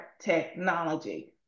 technology